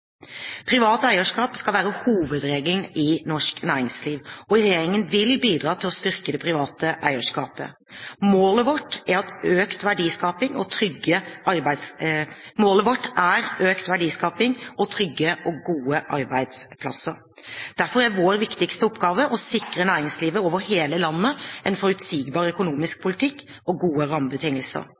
Privat eierskap skal være hovedregelen i norsk næringsliv, og regjeringen vil bidra til å styrke det private eierskapet. Målet vårt er økt verdiskaping og trygge og gode arbeidsplasser. Derfor er vår viktigste oppgave å sikre næringslivet over hele landet en forutsigbar økonomisk politikk og gode rammebetingelser.